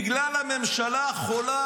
הוא אומר: בגלל הממשלה החולה,